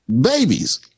babies